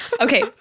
Okay